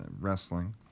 wrestling